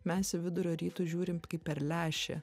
mes į vidurio rytus žiūrim kaip per lęšį